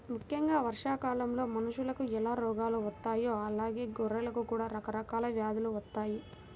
ముక్కెంగా వర్షాకాలంలో మనుషులకు ఎలా రోగాలు వత్తాయో అలానే గొర్రెలకు కూడా రకరకాల వ్యాధులు వత్తయ్యి